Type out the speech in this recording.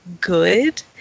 good